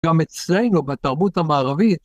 גם אצלנו בתרבות המערבית.